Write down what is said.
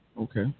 Okay